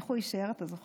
איך הוא אישר, אתה זוכר?